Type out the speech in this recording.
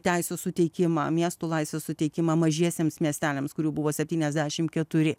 teisių suteikimą miestų laisvių suteikimą mažiesiems miesteliams kurių buvo septyniasdešimt keturi